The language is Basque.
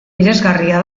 miresgarria